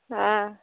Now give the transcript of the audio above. हँ